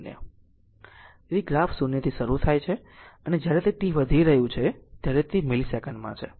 તેથી ગ્રાફ 0 થી શરૂ થાય છે અને જ્યારે t વધી રહ્યું છે ત્યારે તે મિલિસેકંડમાં છે